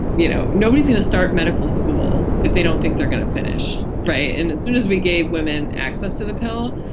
you know nobody's going to start medical school if they don't think they're going to finish and as soon as we gave women access to the pill,